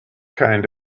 kind